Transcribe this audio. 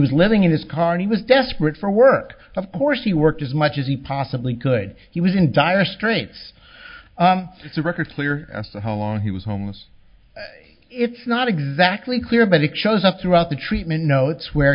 was living in his car he was desperate for work of course he worked as much as he possibly could he was in dire straits the record clear as to how long he was homeless it's not exactly clear but it shows up throughout the treatment notes where